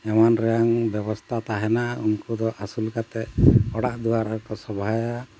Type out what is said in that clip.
ᱮᱢᱟᱱ ᱨᱮᱱᱟᱜ ᱵᱮᱵᱚᱥᱛᱷᱟ ᱛᱟᱦᱮᱱᱟ ᱩᱱᱠᱩ ᱫᱚ ᱟᱹᱥᱩᱞ ᱠᱟᱛᱮᱫ ᱚᱲᱟᱜ ᱫᱩᱣᱟᱹᱨ ᱦᱚᱸ ᱠᱚ ᱥᱚᱵᱟᱭᱟ